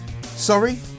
Sorry